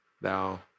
thou